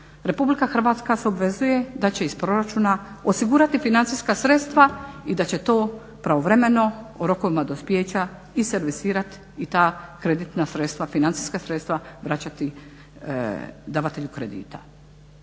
Republika Hrvatska se obvezuje da će iz proračuna osigurati financijska sredstva i da će to pravovremeno u rokovima dospijeća i servisirati i ta kreditna sredstva financijska sredstva vraćati davatelju kredita.